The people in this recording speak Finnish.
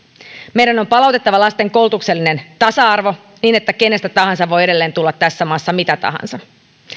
meidän on palautettava lasten koulutuksellinen tasa arvo niin että kenestä tahansa voi edelleen tulla tässä maassa mitä tahansa